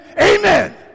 Amen